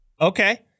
Okay